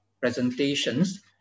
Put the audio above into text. presentations